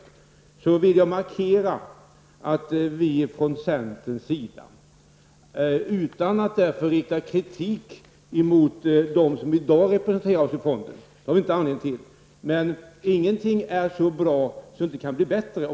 Utan att därför rikta kritik mot dem som i dag representerar oss i fonden -- det har vi inte någon anledning till -- vill vi från centern ändå påpeka att ingenting är så bra att det inte kan bli bättre.